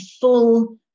full